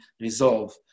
resolve